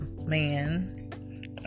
man